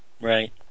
Right